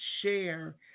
share